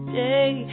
day